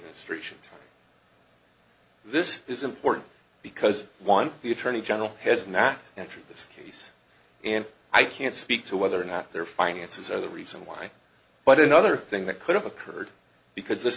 mistreatment this is important because one the attorney general has not entered this case and i can't speak to whether or not their finances are the reason why but another thing that could have occurred because this